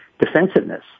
defensiveness